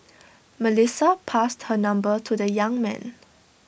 Melissa passed her number to the young man